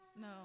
no